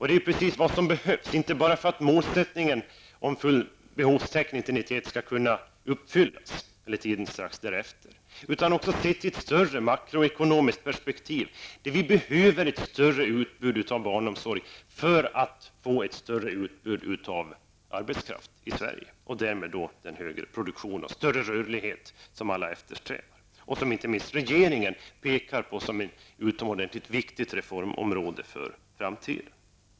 Det är precis vad som behövs, inte bara för att målsättningen om full behovstäckning år 1991 skall kunna uppfyllas utan sett i ett större makroekonomiskt perspektiv. Vi behöver ett större utbud av barnomsorg för att kunna få ett större utbud av arbetskraft i Sverige. Därmed kan man få högre produktion och större rörlighet som alla eftersträvar, och som inte minst regeringen pekar på som ett mycket viktigt reformområde för framtiden.